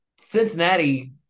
Cincinnati